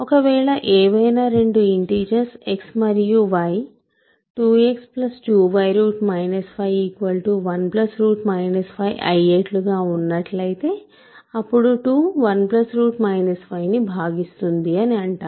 ఒక వేళ ఏవైనా 2 ఇంటిజర్స్ x మరియు y 2x 2y 5 1 5 అయ్యేట్లుగా ఉన్నట్లైతే అప్పుడు 2 1 5 ని భాగిస్తుంది అంటాము